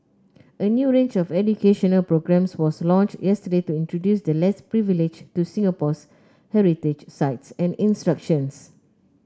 a new range of educational programmes was launched yesterday to introduce the less privileged to Singapore's heritage sites and institutions